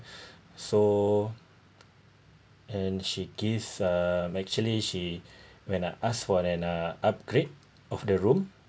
so and she gives uh actually she when I asked for an ah upgrade of the room